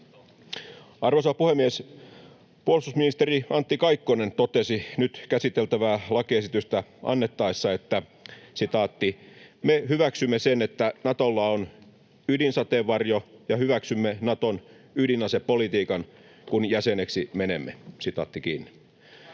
Arvoisa puhemies! Puolustusministeri Antti Kaikkonen totesi nyt käsiteltävää lakiesitystä annettaessa, että ”me hyväksymme sen, että Natolla on ydinasesateenvarjo, ja hyväksymme Naton ydinasepolitiikan, kun jäseneksi menemme”.